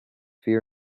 fear